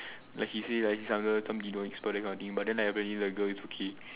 like he say like this kind of girl he's an expert that kind of thing but like apparently like the girl is okay